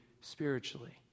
spiritually